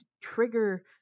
trigger